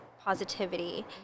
positivity